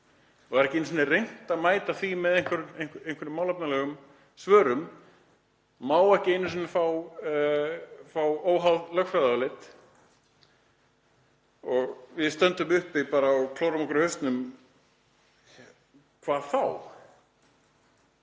Það er ekki einu sinni reynt að mæta því með einhverjum málefnalegum svörum. Það má ekki einu sinni fá óháð lögfræðiálit. Við stöndum uppi og klórum okkur í hausnum: Hvað þá?